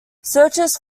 searches